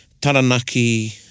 Taranaki